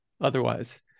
otherwise